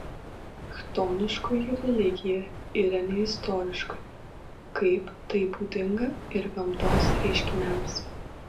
chtoniškoji religija yra neistoriška kaip tai būdinga ir gamtos reiškiniams